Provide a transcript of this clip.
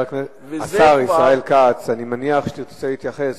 השר ישראל כץ, אני מניח שתרצה להתייחס.